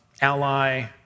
Ally